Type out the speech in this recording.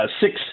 six